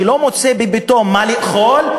שלא מוצא בביתו מה לאכול,